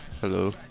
hello